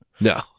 No